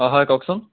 অঁ হয় কওকচোন